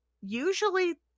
usually